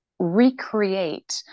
recreate